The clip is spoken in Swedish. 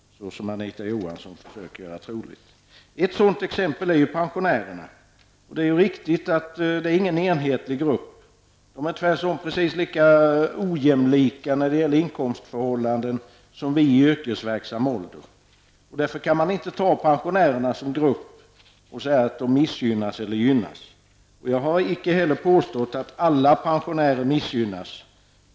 Anita Johansson försöker ju göra detta troligt. Ett sådant exempel är pensionärerna. Det är ett riktigt påstående att de inte utgör någon enhetlig grupp utan tvärtom är precis lika ojämnlika när det gäller inkomstförhållanden som vi i yrkesverksam ålder. Därför kan man inte ta pensionärerna såsom en grupp och säga att de missgynnas eller gynnas. Jag har inte heller påstått att alla pensionärer missgynnas.